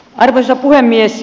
arvoisa puhemies